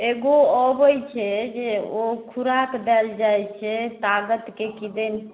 एगो अबै छै जे ओ खोराक देल जाइ छै तागतके किदन